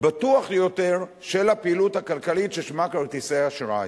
בטוח יותר של הפעילות הכלכלית ששמה "כרטיסי אשראי".